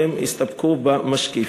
והן יסתפקו במשקיף.